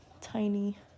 tiny